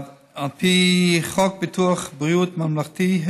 על פי חוק ביטוח בריאות ממלכתי,